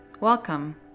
Welcome